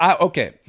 Okay